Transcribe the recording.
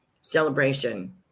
celebration